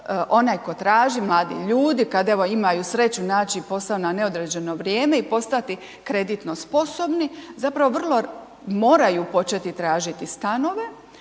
onaj tko traži, mladi ljudi, kad evo imaju sreću naći posao na neodređeno vrijeme i postati kreditno sposobni, zapravo moraju početi tražiti stanove,